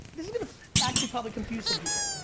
this is gonna actually probably confuse some people.